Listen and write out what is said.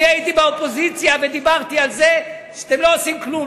אני הייתי באופוזיציה ודיברתי על זה שאתם לא עושים כלום,